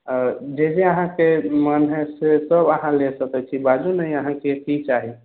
आ जे जे अहाँके मन हइ से सब अहाँ ले सकैत छी बाजू ने अहाँकेँ की चाही